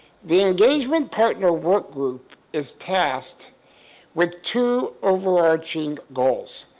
the engagement partner workgroup is tasked with two over arching goals.